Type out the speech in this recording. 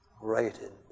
rated